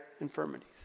infirmities